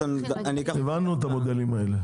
הבנו את המודלים האלה.